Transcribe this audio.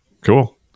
cool